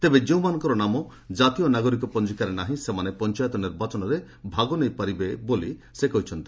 ତେବେ ଯେଉଁମାନଙ୍କର ନାମ ଜାତୀୟ ନାଗରିକ ପଞ୍ଜିକାରେ ନାହିଁ ସେମାନେ ପଞ୍ଚାୟତ ନିର୍ବାଚନରେ ଭାଗ ନେଇପାରିବେ ବୋଲି ସେ କହିଛନ୍ତି